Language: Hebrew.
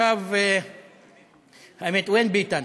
עכשיו, האמת, וויין ביטן?